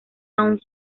sound